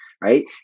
right